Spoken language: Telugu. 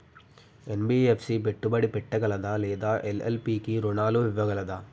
ఎన్.బి.ఎఫ్.సి పెట్టుబడి పెట్టగలదా లేదా ఎల్.ఎల్.పి కి రుణాలు ఇవ్వగలదా?